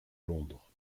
londres